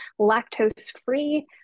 lactose-free